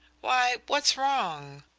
why, what's wrong?